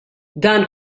dan